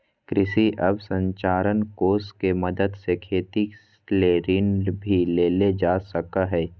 कृषि अवसरंचना कोष के मदद से खेती ले ऋण भी लेल जा सकय हय